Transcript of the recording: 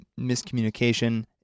miscommunication